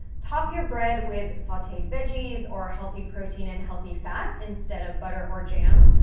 top your bread with sauteed veggies or a healthy protein and healthy fat instead of butter or jam.